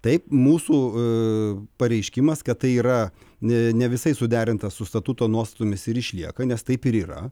taip mūsų pareiškimas kad tai yra ne visai suderinta su statuto nuostatomis ir išlieka nes taip ir yra